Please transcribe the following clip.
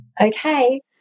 Okay